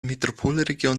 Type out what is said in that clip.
metropolregion